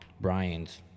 Brian's